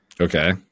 Okay